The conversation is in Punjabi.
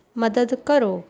ਮਦਦ ਕਰੋ